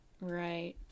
Right